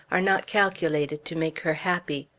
are not calculated to make her happy.